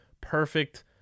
Perfect